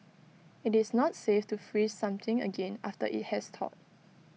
IT is not safe to freeze something again after IT has thawed